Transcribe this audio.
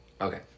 okay